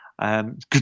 Good